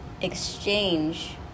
exchange